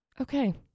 Okay